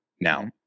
Now